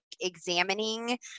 examining